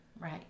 Right